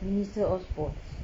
minister of sports